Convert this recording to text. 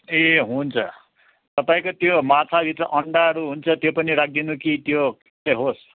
ए हुन्छ तपाईँको त्यो माछाभित्र अन्डाहरू हुन्छ त्यो पनि राख्दिनु कि त्यो चाहिँ होस्